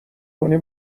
کنی